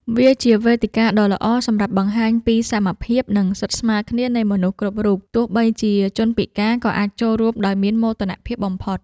វាគឺជាវេទិកាដ៏ល្អសម្រាប់បង្ហាញពីសមភាព និងសិទ្ធិស្មើគ្នានៃមនុស្សគ្រប់រូប ទោះបីជាជនពិការក៏អាចចូលរួមដោយមោទនភាពបំផុត។